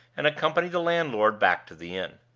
and accompanied the landlord back to the inn.